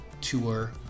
tour